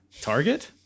target